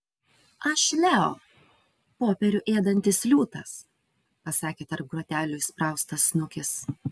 aš leo popierių ėdantis liūtas pasakė tarp grotelių įspraustas snukis